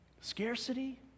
Scarcity